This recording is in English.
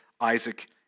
Isaac